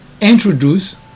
introduce